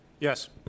Yes